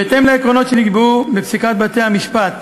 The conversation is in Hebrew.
בהתאם לעקרונות שנקבעו בפסיקת בתי-המשפט,